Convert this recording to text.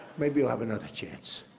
maybe you'll have another chance.